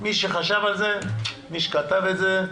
מי שחשב על זה, מי שכתב את זה.